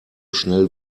schnell